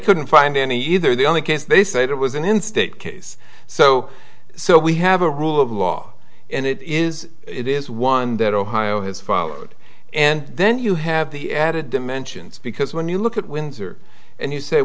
couldn't find any either the only case they said it was an in state case so so we have a rule of law and it is it is one that ohio has followed and then you have the added dimensions because when you look at windsor and